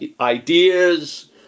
ideas